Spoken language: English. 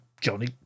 Johnny